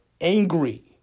angry